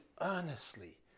earnestly